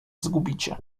zgubicie